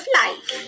life